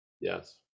Yes